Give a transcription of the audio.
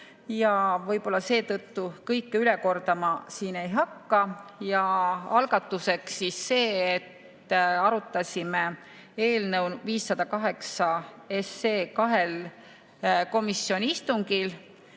Võib-olla seetõttu kõike üle kordama siin ei hakka. Algatuseks siis seda, et arutasime eelnõu 508 kahel komisjoni istungil: